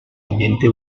ambiente